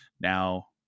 now